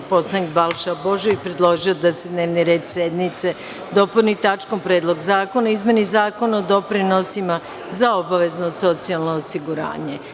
Narodni poslanik Balša Božović predložio je da se dnevni red sednice dopuni tačkom – Predlog zakona o izmeni Zakona o doprinosima za obavezno socijalno osiguranje.